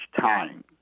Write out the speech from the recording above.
time